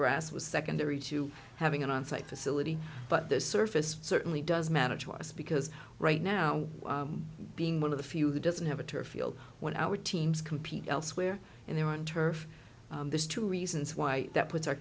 grass was secondary to having an on site facility but the surface certainly does matter to us because right now being one of the few that doesn't have a turf field when our teams compete elsewhere in their own turf there's two reasons why that puts our